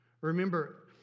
Remember